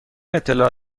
اطلاع